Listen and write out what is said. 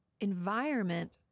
environment